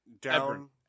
down